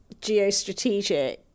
geostrategic